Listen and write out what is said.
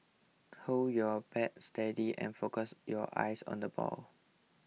hold your bat steady and focus your eyes on the ball